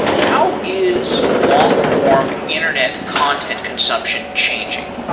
how is long-form internet content consumption changing?